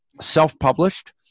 self-published